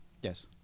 Yes